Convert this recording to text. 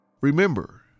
Remember